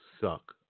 suck